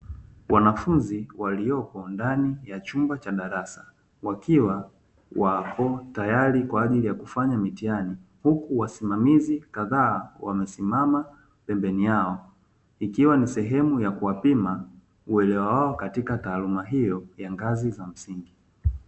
Wanafunzi waliopo ndani ya chumba cha darasa wakiwa wapo tayari kwa ajili ya kufanya mitihani, huku wasimamaizi kadhaa wamesimama pembeni yao, ikiwa ni sehemu ya kuwapima uelewa wao katika taaluma hiyo ya ngazi za msingi.